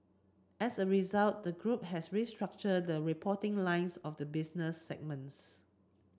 as a result the group has restructured the reporting lines of the business segments